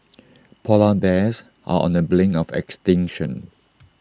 Polar Bears are on the brink of extinction